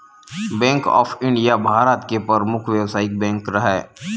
bank of India भारत के परमुख बेवसायिक बेंक हरय